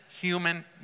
human